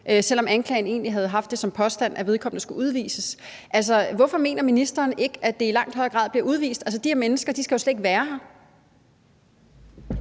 selv om anklageren egentlig havde haft det som krav, at vedkommende skulle udvises. Altså, hvorfor mener ministeren ikke, at de i langt flere tilfælde skal udvises? De her mennesker skal jo slet ikke være her.